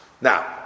Now